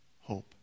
hope